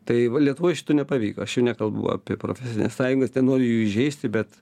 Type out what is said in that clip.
tai va lietuvoj šito nepavyko aš čia nekalbu apie profesines sąjungas nenoriu jų įžeisti bet